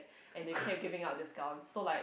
and they kept giving out discounts so like